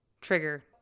Trigger